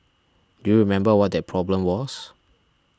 do you remember what that problem was